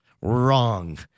wrong